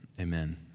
Amen